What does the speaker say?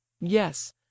Yes